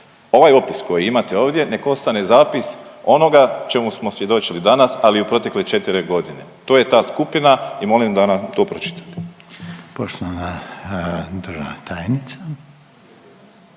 Ovaj opis koji imate ovdje nek ostane zapis onoga čemu smo svjedočili danas, ali i u protekle 4.g., to je ta skupina i molim da nam to pročitate.